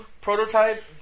Prototype